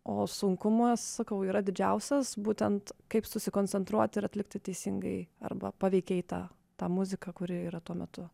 o sunkumas sakau yra didžiausias būtent kaip susikoncentruoti ir atlikti teisingai arba paveikiai tą tą muziką kuri yra tuo metu